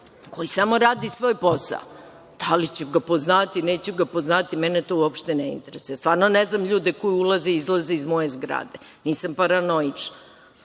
koji samo radi svoj posao. Da li ću ga poznavati, ili neću ga poznavati? Mene to uopšte ne interesuje. Stvarno ne znam ljude koji ulaze i izlaze iz moje zgrade. Nisam paranoična. Ali,